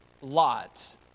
Lot